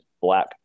black